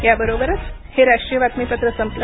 याबरोबरच हे राष्ट्रीय बातमीपत्र संपलं